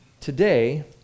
today